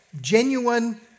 genuine